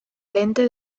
lente